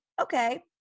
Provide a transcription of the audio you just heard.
okay